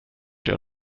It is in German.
der